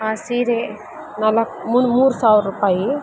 ಆ ಸೀರೆ ನಾಲ್ಕು ಮೂರು ಸಾವಿರ ರೂಪಾಯಿ